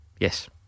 Yes